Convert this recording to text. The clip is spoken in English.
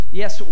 yes